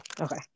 Okay